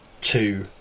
two